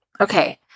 Okay